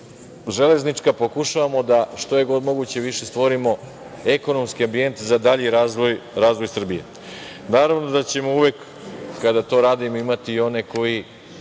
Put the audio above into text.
železnička, pokušavamo da što je god moguće više da stvorimo ekonomski ambijent za dalji razvoj Srbije. Naravno da ćemo uvek kada to radimo imati one koji